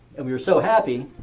and we were so happy.